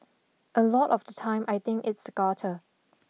a lot of the time I think it's gutter